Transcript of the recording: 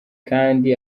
kandi